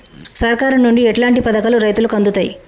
సర్కారు నుండి ఎట్లాంటి పథకాలు రైతులకి అందుతయ్?